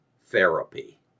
therapy